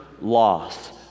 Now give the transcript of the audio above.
Loss